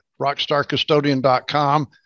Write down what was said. rockstarcustodian.com